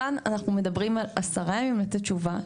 כאן אנחנו מדברים על 10 ימים לתת תשובה,